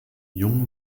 jung